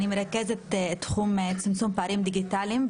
רכזת תחום צמצום פערים דיגיטליים,